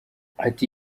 ati